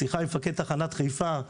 שיחה עם מפקד תחנת חיפה,